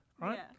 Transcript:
right